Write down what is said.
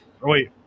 wait